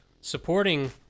supporting